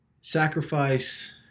Sacrifice